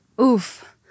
oof